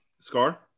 Scar